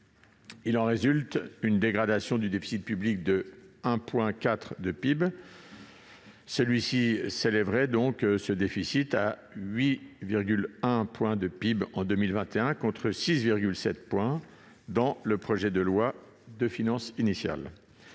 Il en résulte une dégradation du déficit public de 1,4 point de PIB. Ce déficit s'élèverait donc à 8,1 points de PIB en 2021, contre 6,7 points dans le projet de loi de finances initiale.